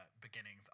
beginnings